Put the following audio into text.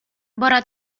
бара